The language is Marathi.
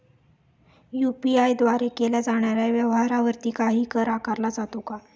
यु.पी.आय द्वारे केल्या जाणाऱ्या व्यवहारावरती काही कर आकारला जातो का?